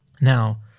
now